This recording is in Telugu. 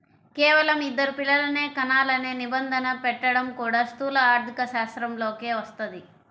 కేవలం ఇద్దరు పిల్లలనే కనాలనే నిబంధన పెట్టడం కూడా స్థూల ఆర్థికశాస్త్రంలోకే వస్తది